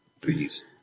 Please